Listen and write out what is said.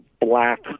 black